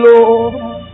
Lord